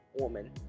woman